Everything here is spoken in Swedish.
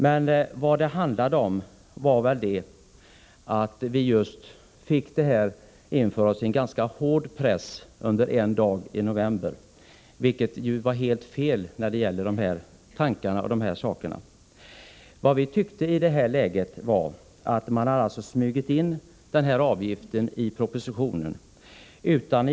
Men vad det handlade om var att vi fick en ganska hård press på oss under en dag i november, vilket var helt felaktigt med tanke på vad saken gällde. Vad vi tyckte i det läget var att man hade smugit in denna avgift i propositionen.